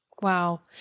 Wow